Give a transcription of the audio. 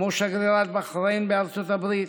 כמו שגרירת בחריין בארצות הברית,